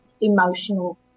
emotional